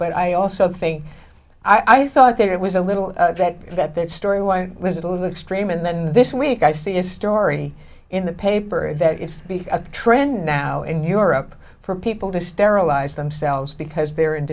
but i also think i thought there was a little bit that that story why was it a little extreme and then this week i see a story in the paper that it's a trend now in europe for people to sterilize themselves because they're